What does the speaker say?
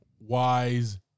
wise